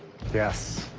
yes.